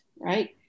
right